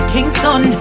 Kingston